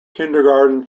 kindergarten